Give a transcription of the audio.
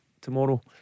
tomorrow